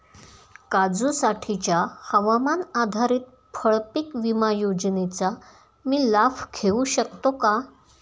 काजूसाठीच्या हवामान आधारित फळपीक विमा योजनेचा मी लाभ घेऊ शकतो का?